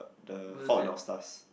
the Fault in Our Stars